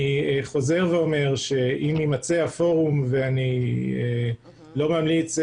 אני חוזר ואומר שאם יימצא הפורום, ואני לא ממליץ,